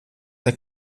der